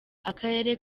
akarere